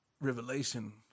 revelation